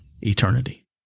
eternity